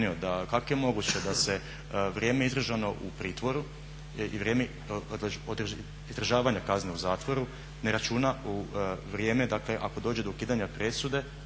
da se vrijeme izdržano u pritvoru i vrijeme izdržavanja kazne u zatvoru ne računa u vrijeme dakle ako dođe do ukidanja presude,